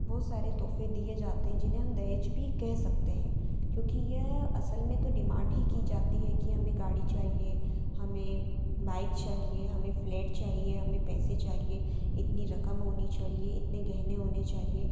बहुत सारे तोफ़े दिए जाते हैं जिन्हें हम दहेज भी कह सकते हैं क्योंकि यह असल में तो डिमांड ही की जाती है कि हमें गाड़ी चाहिए हमें बाइक चाहिए हमें फ्लैट चाहिए हमें पैसे चाहिए इतनी रकम होनी चाहिए इतने गहने होने चाहिए